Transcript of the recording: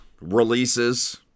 releases